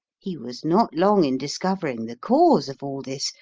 he was not long in discovering the cause of all this,